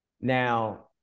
Now